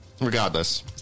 regardless